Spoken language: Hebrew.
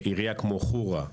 עירייה כמו ח'ורה,